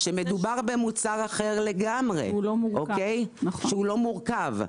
כאשר מדובר במוצר אחר לגמרי, מוצר שהוא לא מורכב.